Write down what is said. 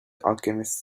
alchemist